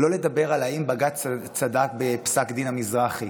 לא לדבר על אם בג"ץ צדק בפסק דין המזרחי.